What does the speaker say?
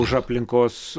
už aplinkos